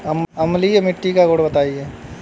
अम्लीय मिट्टी का गुण बताइये